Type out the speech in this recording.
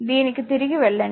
దీనికి తిరిగి వెళ్ళండి